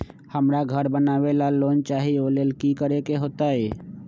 हमरा घर बनाबे ला लोन चाहि ओ लेल की की करे के होतई?